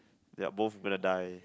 their both gonna die